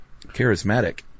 charismatic